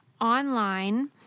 online